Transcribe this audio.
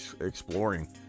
exploring